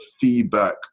feedback